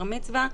בת מצווה.